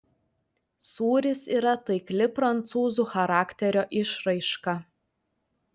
sūris yra taikli prancūzų charakterio išraiška